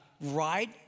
right